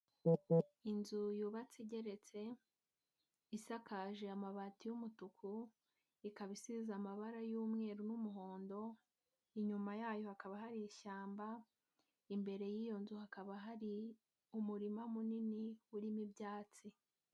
Inzu yubatse igeretse isakaje amabati y'umutuku, ikaba isize amabara y'umweru n'umuhondo, inyuma yayo hakaba hari ishyamba, imbere y'iyo nzu hakaba hari umurima munini urimo ibyatsi.